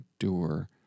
endure